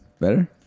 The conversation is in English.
Better